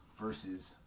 versus